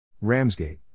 Ramsgate